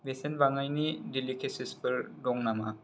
बेसेन बाङाइनि देलिकेसिसफोर दं नामा